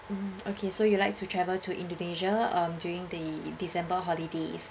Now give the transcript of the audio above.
mmhmm okay so you like to travel to indonesia um during the december holidays